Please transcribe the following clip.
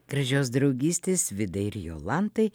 gražios draugystės vidai ir jolantai